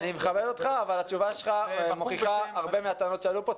אני מכבד אותך אבל התשובה שלך מוכיחה הרבה מהטענות שעלו כאן.